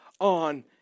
on